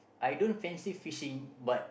I don't fancy fishing but